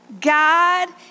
God